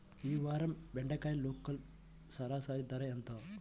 ఈ వారం బెండకాయ లోకల్ సరాసరి ధర ఎంత?